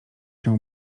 się